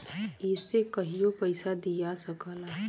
इसे कहियों पइसा दिया सकला